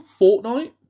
Fortnite